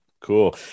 cool